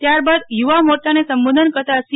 ત્યારબાદ યુવા મોરચાને સંબોધન કરતાં સી